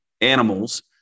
animals